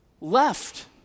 left